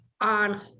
on